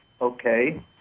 okay